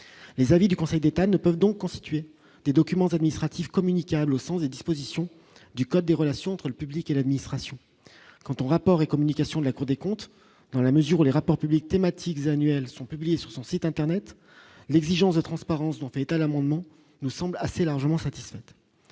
les avis du Conseil d'État ne peuvent donc constituer des documents administratifs communicables au sens des dispositions du code des relations entre le public et l'administration canton rapport et communication de la Cour des comptes, dans la mesure où les rapport public thématique des annuelles sont publiées sur son site internet, l'exigence de transparence dont fait état l'amendement nous semble assez largement satisfaite,